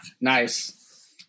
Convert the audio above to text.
Nice